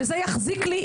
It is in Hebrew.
וזה יחזיק לי,